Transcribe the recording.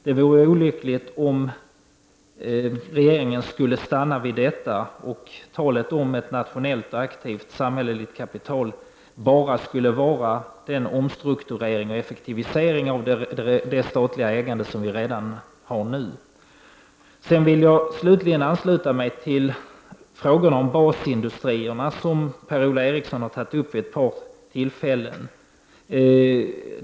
Det vore olyckligt om regeringen skulle stanna vid detta och talet om ett nationellt aktivt samhällskapital bara skulle avse omstrukturering och effektivisering av det statliga ägande som vi redan har. Slutligen vill jag instämma i den fråga som Per-Ola Eriksson har ställt vid ett par tillfällen.